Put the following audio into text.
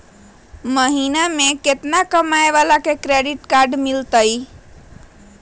महीना में केतना कमाय वाला के क्रेडिट कार्ड मिलतै?